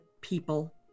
people